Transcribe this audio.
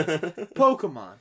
pokemon